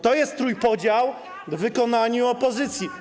To jest trójpodział w wykonaniu opozycji.